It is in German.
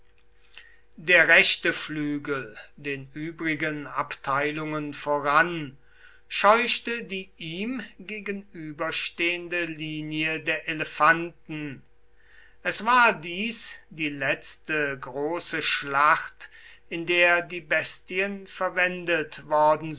der rechte flügel den übrigen abteilungen voran scheuchte die ihm gegenüberstehende linie der elefanten es war dies die letzte große schlacht in der die bestien verwendet worden